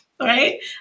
Right